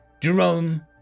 Jerome